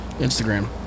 Instagram